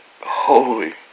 holy